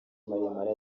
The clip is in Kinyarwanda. maremare